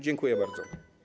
Dziękuję bardzo.